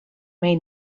may